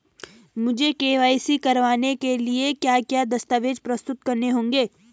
मुझे के.वाई.सी कराने के लिए क्या क्या दस्तावेज़ प्रस्तुत करने होंगे?